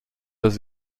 dass